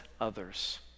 others